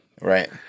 right